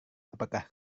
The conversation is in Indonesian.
apakah